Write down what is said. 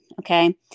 Okay